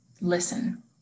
listen